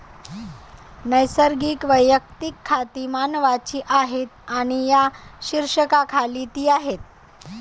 नैसर्गिक वैयक्तिक खाती मानवांची आहेत आणि या शीर्षकाखाली ती आहेत